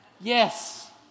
yes